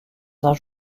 saint